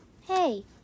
Hey